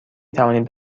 توانید